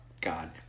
god